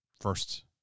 first